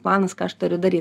planas ką aš turiu dary